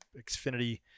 Xfinity